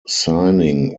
signing